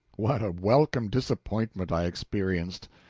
what a welcome disappointment i experienced!